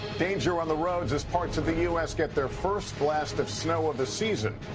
danger on the roads as parts of the u s. get their first blast of snow of the season.